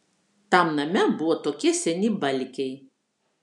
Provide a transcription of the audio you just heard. tam name buvo tokie seni balkiai